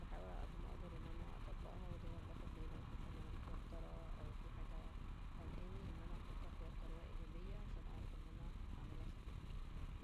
واحاول على قد ما اقدر أن أنا اطبقها ودايما باخد بالي لما احس ان أنا متوترة أو في حاجة قالقاني أن أنا أفكر فيها بطريقة إيجابية عشان اعرف ان أنا اعملها صح